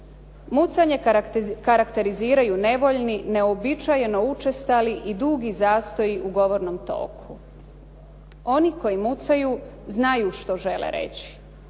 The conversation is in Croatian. Mucanje karakteriziraju nevoljni, neuobičajeno učestali i dugi zastoji u govornom toku. Oni koji mucaju znaju što žele reći.